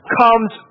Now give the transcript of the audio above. comes